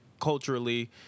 Culturally